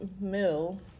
Mill